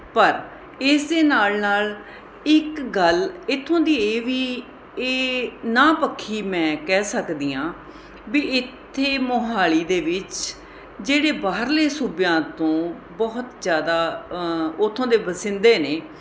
ਪਰ ਇਸ ਦੇ ਨਾਲ ਨਾਲ ਇੱਕ ਗੱਲ ਇੱਥੋਂ ਦੀ ਇਹ ਵੀ ਇਹ ਨਾਂਹ ਪੱਖੀ ਮੈਂ ਕਹਿ ਸਕਦੀ ਹਾਂ ਵੀ ਇੱਥੇ ਮੋਹਾਲੀ ਦੇ ਵਿੱਚ ਜਿਹੜੇ ਬਾਹਰਲੇ ਸੂਬਿਆਂ ਤੋਂ ਬਹੁਤ ਜ਼ਿਆਦਾ ਉੱਥੋਂ ਦੇ ਵਸਿੰਦੇ ਨੇ